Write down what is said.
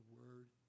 word